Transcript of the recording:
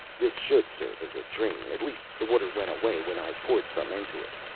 this should serve as a drain, at least the water went away when i poured some into it.